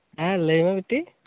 ᱦᱮᱸ ᱞᱟᱹᱭᱢᱮ ᱵᱤᱴᱤ